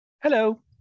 Hello